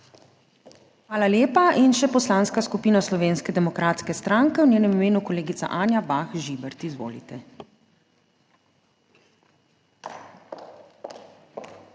Hvala lepa. In še Poslanska skupina Slovenske demokratske stranke, v njenem imenu kolegica Anja Bah Žibert. Izvolite.